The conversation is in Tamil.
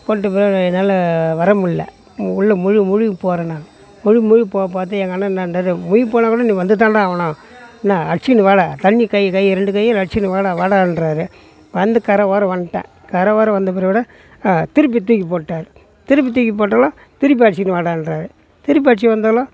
போட்டு போய் என்னால் வர முடியல உள்ள மூழ்கி மூழ்கி போகிறேன் நானு மூழ்கி மூழ்கி போய் பாத்து எங்கள் அண்ணன் என்னாட்டாரு உயிர் போனாக்கூட நீ வந்து தான்டா ஆகணும் என்ன அடிச்சுக்கின்னு வாடா தண்ணி கை கை ரெண்டு கையும் அதில் அடிச்சின்னு வாடா வாடான்றாரு வந்து கரை ஓரம் வந்துட்டேன் கரை ஓரம் வந்த பிறகுக்கூட திருப்பி தூக்கி போட்டாரு திருப்பி தூக்கி போட்டாலும் திருப்பி அடிச்சுக்கின்னு வாடான்றாரு திருப்பி அடிச்சுக்கின்னு வந்தாலும்